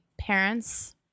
parents